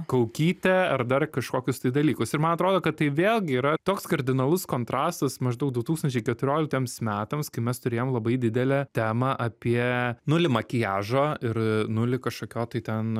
kaukyte ar dar kažkokius tai dalykus ir man atrodo kad tai vėlgi yra toks kardinalus kontrastas maždaug du tūkstančiai keturioliktiems metams kai mes turėjome labai didelę temą apie nulį makiažo ir nulį kažkokio tai ten